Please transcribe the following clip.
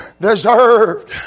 deserved